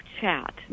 chat